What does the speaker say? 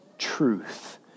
truth